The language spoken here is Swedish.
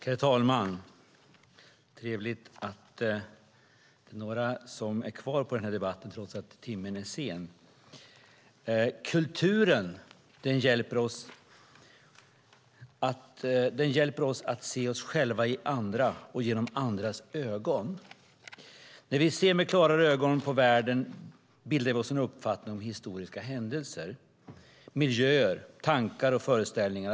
Herr talman! Det är trevligt att det är några som är kvar i den här debatten trots att timmen är sen. Kulturen hjälper oss att se oss själva i andra och genom andras ögon. När vi ser med klarare ögon på världen bildar vi oss en uppfattning om historiska händelser, miljöer, tankar och föreställningar.